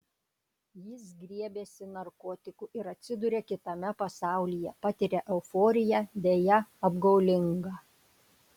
jis griebiasi narkotikų ir atsiduria kitame pasaulyje patiria euforiją deja apgaulingą